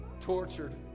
tortured